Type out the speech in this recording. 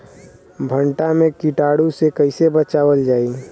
भनटा मे कीटाणु से कईसे बचावल जाई?